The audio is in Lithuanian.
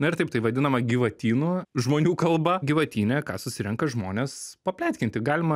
na ir taip tai vadinama gyvatynu žmonių kalba gyvatyne ką susirenka žmonės papletkinti galima